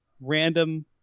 random